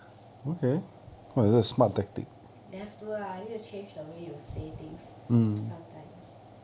have to ah need to change the way you say things sometimes